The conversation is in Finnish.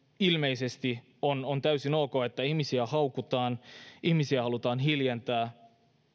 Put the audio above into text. ilmeisesti on on täysin ok että ihmisiä haukutaan ihmisiä halutaan hiljentää